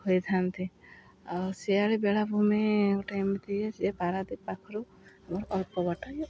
ହୋଇଥାନ୍ତି ଆଉ ଶିଆଳି ବେଳାଭୂମି ଗୋଟେ ଏମିତି ଇଏ ସେଏ ପାରାଦୀପ ପାଖରୁ ଆମର ଅଳ୍ପ ବାଟ ଇଏ